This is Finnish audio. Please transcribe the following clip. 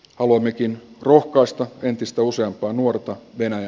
haluammekin rukkasta entistä useampaa nuorta vene